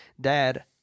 dad